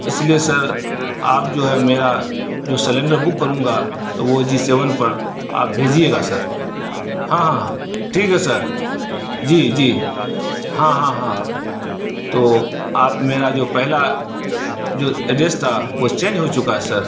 اس لیے سر آپ جو ہے میرا جو سیلنڈر بک کروں گا تو وہ جی سوین پر آپ بھیجیے گا سر ہاں ہاں ہاں ٹھیک ہے سر جی جی ہاں ہاں ہاں تو آپ میرا جو پہلا جو ایڈریس تھا وہ چینج ہو چکا ہے سر